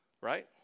right